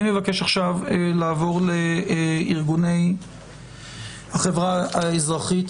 אני מבקש עכשיו לעבור לארגוני החברה האזרחית,